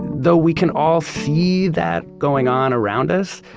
though we can all see that going on around us,